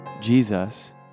Jesus